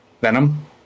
Venom